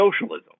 socialism